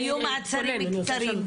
היו מעצרים קצרים.